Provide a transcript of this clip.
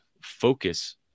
focus